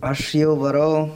aš jau varau